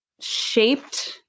shaped